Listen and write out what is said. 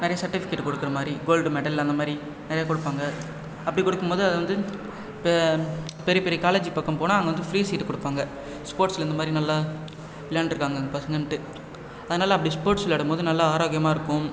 நிறைய சர்ட்டிஃபிகேட் கொடுக்கற மாதிரி கோல்டு மெடல் அந்தமாதிரி நிறைய கொடுப்பாங்க அப்படி கொடுக்கும்போது அது வந்து இப்போ பெரிய பெரிய காலேஜ் பக்கம் போனால் அங்கே வந்து ஃப்ரீ சீட் கொடுப்பாங்க ஸ்போர்ட்சில் இந்தமாதிரி நல்லா விளையாண்டுட்ருக்காங்க இந்த பசங்கன்ட்டு அதனால் அப்படி ஸ்போர்ட்ஸ் விளையாடும்போது நல்லா ஆரோக்கியமாக இருக்கும்